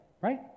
right